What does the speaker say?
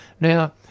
Now